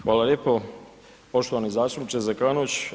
Hvala lijepo poštovani zastupniče Zekanović.